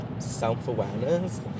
self-awareness